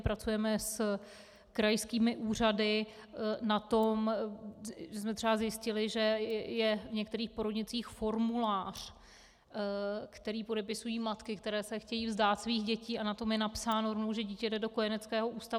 Pracujeme s krajskými úřady na tom my jsme třeba zjistili, že je v některých porodnicích formulář, který podepisují matky, které se chtějí vzdát svých dětí, a na tom je napsáno, že dítě jde do kojeneckého ústavu.